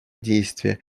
действия